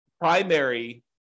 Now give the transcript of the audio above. Primary